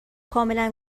کاملا